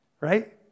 Right